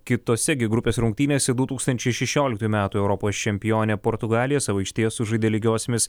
kitose g grupės rungtynėse du tūkstančiai šešioliktųjų metų europos čempionė portugalija savo aikštėje sužaidė lygiosiomis